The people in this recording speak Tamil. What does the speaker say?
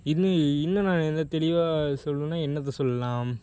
இன்னும் இன்னும் நான் என்ன தெளிவாக சொல்லணும்னா என்னத்த சொல்லலாம்